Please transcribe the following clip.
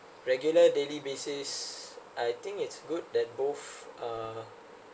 regular daily basis I think it's good that both uh